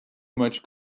much